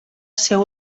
seu